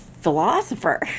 philosopher